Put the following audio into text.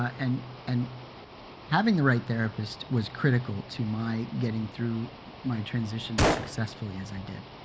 and and having the right therapist was critical to my getting through my transition as successfully as i did.